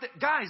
Guys